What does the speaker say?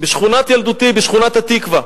בשכונת ילדותי, בשכונת-התקווה.